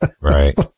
Right